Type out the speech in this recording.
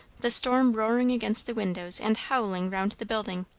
the storm roaring against the windows and howling round the building.